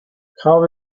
how